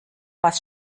was